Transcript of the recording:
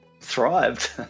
thrived